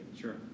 Sure